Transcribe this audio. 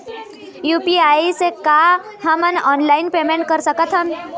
UPI से का हमन ऑनलाइन पेमेंट कर सकत हन?